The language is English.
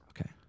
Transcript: okay